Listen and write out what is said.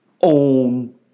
Own